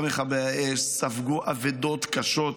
גם מכבי האש ספגו אבדות קשות,